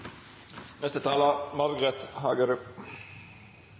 Neste taler